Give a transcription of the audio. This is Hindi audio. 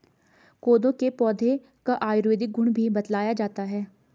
कोदो के पौधे का आयुर्वेदिक गुण भी बतलाया जाता है